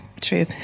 true